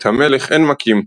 את המלך אין מכים.